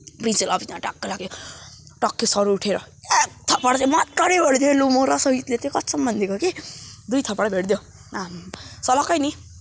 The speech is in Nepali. प्रिन्सिपल अफिसमा टक्कै लग्यो टक्कै सर उठ्यो एक थप्पड् चाहिँ मज्जाले गरेको थियो ल म र सोहितले कसम भनिदिएको कि दुई थप्पड भेटिदियो आम्मै हो सलक्कै नि